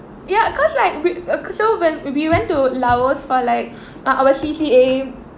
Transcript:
ya cause like w~ cause over when we went to laos for like our C_C_A